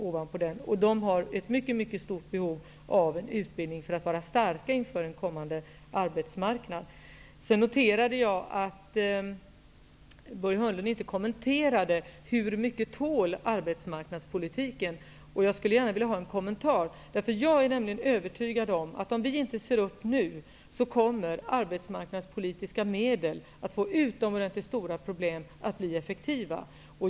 Dessa löntagare har ett mycket stort behov av utbildning för att kunna stå starka på den framtida arbetsmarknaden. Börje Hörnlund kommenterade inte min fråga om hur mycket arbetsmarknadspolitiken tål. Jag skulle gärna vilja ha en kommentar på den punkten, eftersom jag är övertygad om att ifall vi inte ser upp nu, så kommer vi att få stora svårigheter att göra de arbetsmarknadspolitiska medlen effektiva.